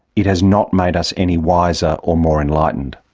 it has not made us any wiser or more enlightened.